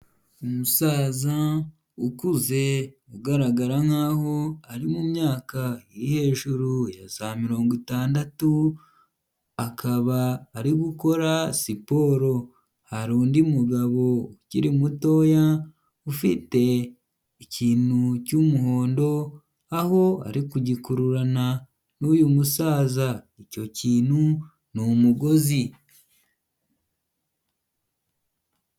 Umusaza ukuze ugaragara nkaho ari mu myaka iri hejuru ya za mirongo itandatu, akaba ari gukora siporo, hari undi mugabo ukiri mutoya ufite ikintu cy'umuhondo, aho ari kugikururana n'uyu musaza, icyo kintu ni umugozi.